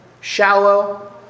shallow